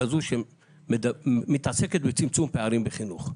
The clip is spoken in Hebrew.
כזו שמתעסקת בצמצום פערים בחינוך.